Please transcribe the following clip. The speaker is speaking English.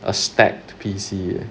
a stacked P_C